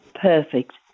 perfect